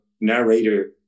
narrator